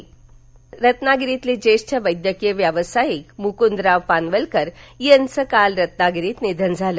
निधन रत्नागिरी रत्नागिरीतले ज्येष्ठ वैद्यकीय व्यावसायिक मुकुंदराव पानवलकर यांचं काल रत्नागिरीत निधन झालं